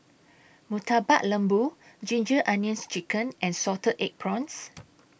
Murtabak Lembu Ginger Onions Chicken and Salted Egg Prawns